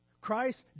Christ